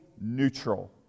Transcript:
neutral